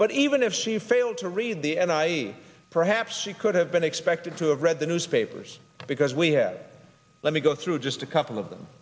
but even if she failed to read the end i perhaps she could have been expected to read the newspapers because we have let me go through just a couple of them